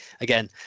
Again